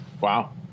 Wow